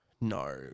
No